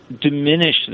diminish